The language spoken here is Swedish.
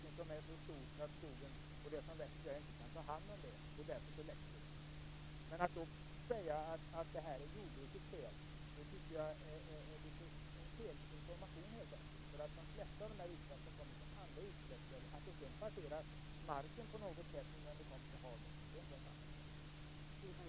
Det måste bli möjligt för jordbruket att kunna få medfinansiering när det gäller anläggandet av våtmarker eller små vatten. Man säger själv inom jordbruket att det är ett sätt att åtgärda de problem som man upplever.